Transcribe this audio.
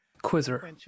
quizzer